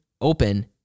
open